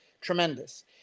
tremendous